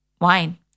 wine